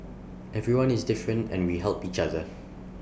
everyone is different and we help each other